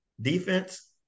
defense